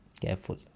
careful